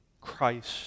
Christ